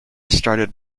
started